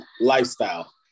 lifestyle